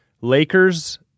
Lakers